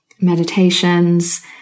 meditations